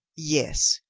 yes.